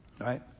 Right